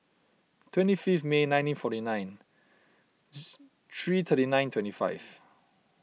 twenty fifth May nineteen forty nine three thirty nine twenty five